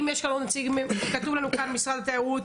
האם מישהו ממשרדי הממשלה הנוספים: משרד התיירות,